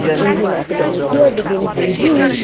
indian academic year begins in june.